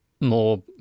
more